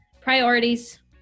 Priorities